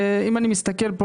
אם אני מסתכל כאן,